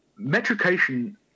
Metrication